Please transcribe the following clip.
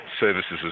services